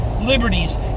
liberties